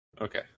Okay